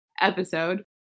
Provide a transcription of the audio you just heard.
episode